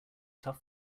tough